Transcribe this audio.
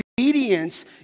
obedience